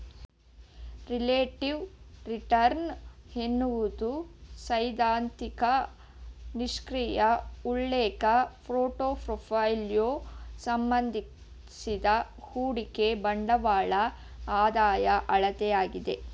relative return ಎನ್ನುವುದು ಸೈದ್ಧಾಂತಿಕ ನಿಷ್ಕ್ರಿಯ ಉಲ್ಲೇಖ ಪೋರ್ಟ್ಫೋಲಿಯೋ ಸಂಬಂಧಿಸಿದ ಹೂಡಿಕೆ ಬಂಡವಾಳದ ಆದಾಯ ಅಳತೆಯಾಗಿದೆ